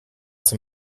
zum